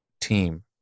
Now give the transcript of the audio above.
team